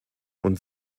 und